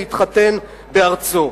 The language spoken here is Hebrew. להתחתן בארצו.